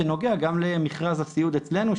שנוגע גם למכרז הסיעוד אצלנו,